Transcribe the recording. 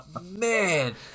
man